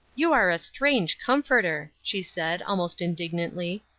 you are a strange comforter, she said, almost indignantly.